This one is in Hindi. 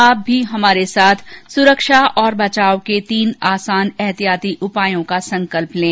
आप भी हमारे साथ सुरक्षा और बचाव के तीन आसान एहतियाती उपायों का संकल्प लें